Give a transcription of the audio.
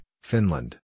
Finland